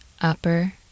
upper